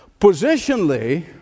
Positionally